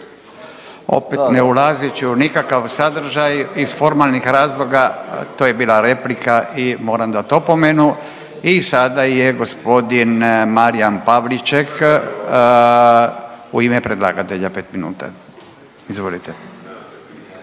Opet ne ulazeći u nikakav sadržaj, iz formalnih razloga, to je bila replika i moram dati opomenu. I sada je g. Marijan Pavliček u ime predlagatelja 5 minuta. **Pavliček,